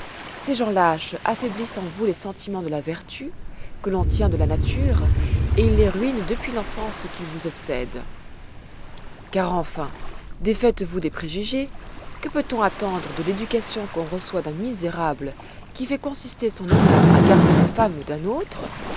ces gens lâches affaiblissent en vous les sentiments de la vertu que l'on tient de la nature et ils les ruinent depuis l'enfance qu'ils vous obsèdent car enfin défaites-vous des préjugés que peut-on attendre de l'éducation qu'on reçoit d'un misérable qui fait consister son honneur à garder les femmes d'un autre